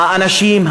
האנשים,